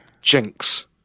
Jinx